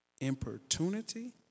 importunity